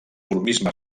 dimorfisme